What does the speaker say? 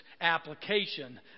application